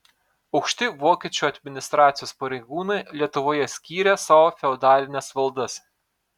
aukšti vokiečių administracijos pareigūnai lietuvoje skyrė sau feodalines valdas